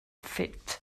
fet